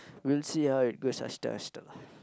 we'll see how it goes